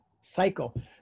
cycle